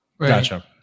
Gotcha